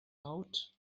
out